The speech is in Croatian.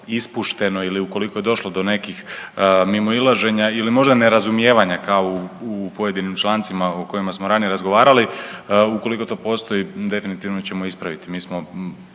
ispušteno ili ukoliko je došlo do nekih mimoilaženja ili možda nerazumijevanja kao u pojedinim člancima o kojima smo ranije razgovarali, ukoliko to postoji definitivno ćemo ispraviti.